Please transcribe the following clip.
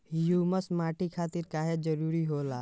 Humus माटी खातिर काहे जरूरी होला?